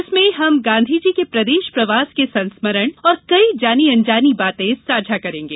जिसमें हम गांधीजी के प्रदेश प्रवास के संस्मरण और कई जानी अनजानी बातें साझा करेंगे